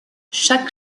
chaque